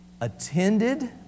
attended